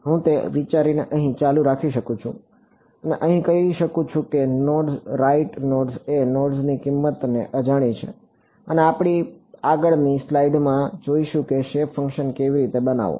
હું તે વિચારને અહીં ચાલુ રાખી શકું છું અને કહી શકું છું કે નોડ્સ રાઇટ નોડ્સ એ નોડની કિંમતો અજાણી છે અને આપણે આગળની સ્લાઇડમાં જોઈશું કે શેપ ફંક્શન કેવી રીતે બનાવવું